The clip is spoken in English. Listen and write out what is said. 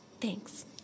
Thanks